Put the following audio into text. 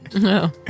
No